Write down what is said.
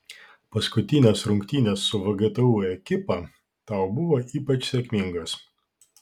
paskutinės rungtynės su vgtu ekipa tau buvo ypač sėkmingos